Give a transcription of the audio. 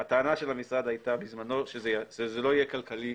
הטענה של המשרד בזמנו הייתה שזה לא יהיה כלכלי